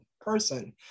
person